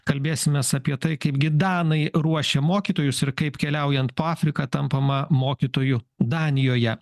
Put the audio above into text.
kalbėsimės apie tai kaipgi danai ruošia mokytojus ir kaip keliaujant po afriką tampama mokytoju danijoje